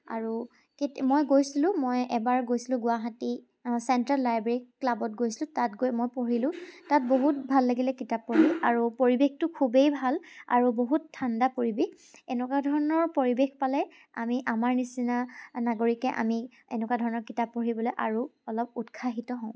আৰু এতি মই গৈছিলোঁ মই এবাৰ গৈছিলোঁ গুৱাহাটী চেণ্ট্ৰেল লাইব্ৰেৰীত ক্লাবত গৈছিলোঁ তাত গৈ মই পঢ়িলোঁ তাত বহুত ভাল লাগিলে কিতাপ পঢ়ি আৰু পৰিৱেশটো খুবেই ভাল আৰু বহুত ঠাণ্ডা পৰিৱেশ এনেকুৱা ধৰণৰ পৰিৱেশ পালে আমি আমাৰ নিচিনা নাগৰিকে আমি এনেকুৱা ধৰণৰ কিতাপ পঢ়িবলৈ আৰু অলপ উৎসাহিত হওঁ